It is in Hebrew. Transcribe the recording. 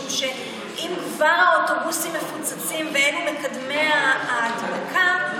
משום שאם כבר האוטובוסים מפוצצים ואלה מקדמי ההדבקה,